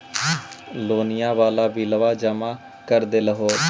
लोनिया वाला बिलवा जामा कर देलहो?